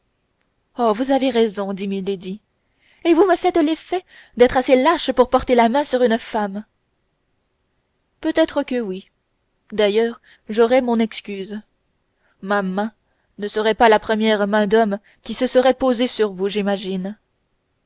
oh vous avez raison dit milady et vous me faites l'effet d'être assez lâche pour porter la main sur une femme peut-être que oui d'ailleurs j'aurais mon excuse ma main ne serait pas la première main d'homme qui se serait posée sur vous j'imagine